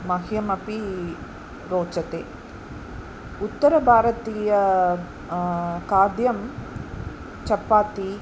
मह्यम् अपि रोचते उत्तरभारतीयं खाद्यं चपाति